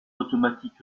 automatique